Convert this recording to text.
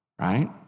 right